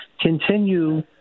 continue